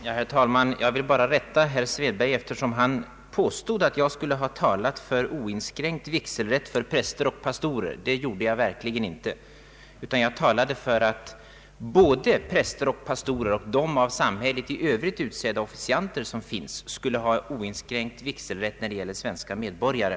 Herr talman! Jag vill bara rätta herr Erik Svedberg, eftersom han påstod att jag skulle ha talat för oinskränkt vigselrätt för präster och pastorer. Det gjorde jag verkligen inte, utan jag talade för att präster och pastorer samt de övriga av samhället utsedda officianter som finns skulle ha oinskränkt vigselrätt när det gäller svenska medborgare.